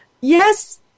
Yes